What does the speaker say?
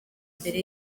mbere